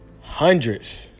Hundreds